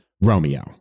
romeo